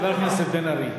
חבר הכנסת בן-ארי,